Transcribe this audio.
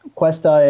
questa